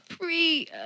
pre